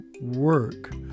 work